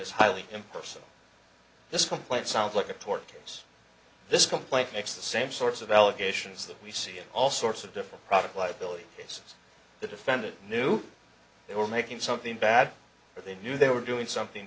is highly impersonal this complaint sounds like a tort case this complaint makes the same sorts of allegations that we see in all sorts of different product liability cases the defendant knew they were making something bad but they knew they were doing something